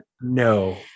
No